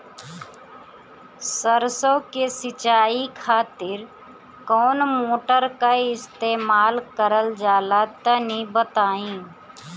सरसो के सिंचाई खातिर कौन मोटर का इस्तेमाल करल जाला तनि बताई?